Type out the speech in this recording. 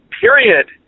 period